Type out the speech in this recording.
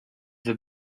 the